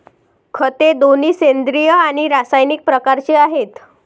खते दोन्ही सेंद्रिय आणि रासायनिक प्रकारचे आहेत